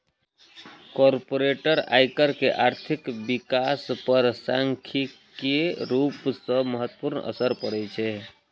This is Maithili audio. कॉरपोरेट आयकर के आर्थिक विकास पर सांख्यिकीय रूप सं महत्वपूर्ण असर पड़ै छै